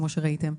כמו שראיתם.